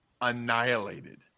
annihilated